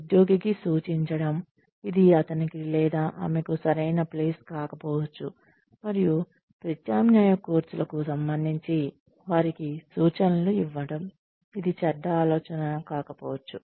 ఉద్యోగికి సూచించడం ఇది అతనికి లేదా ఆమెకు సరైన ప్లేస్ కాకపోవచ్చు మరియు ప్రత్యామ్నాయ కోర్సుల కు సంబంధించి వారికి సూచనలు ఇవ్వడం ఇది చెడ్డ ఆలోచన కాకపోవచ్చు